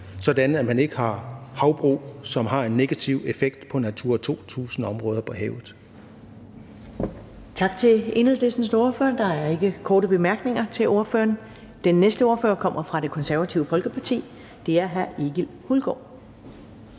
sådan at man ikke har havbrug, som har en negativ effekt på Natura 2000-områder på havet.